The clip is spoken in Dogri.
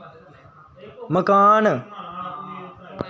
मकान